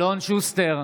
שוסטר,